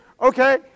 okay